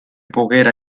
poguera